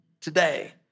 today